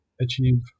achieve